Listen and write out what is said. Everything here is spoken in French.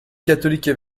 catholiques